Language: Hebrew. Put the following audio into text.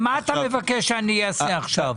מה אתה מבקש שאעשה עכשיו?